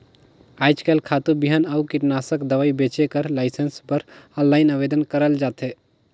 आएज काएल खातू, बीहन अउ कीटनासक दवई बेंचे कर लाइसेंस बर आनलाईन आवेदन करल जाथे